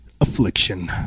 affliction